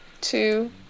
two